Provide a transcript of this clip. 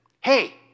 Hey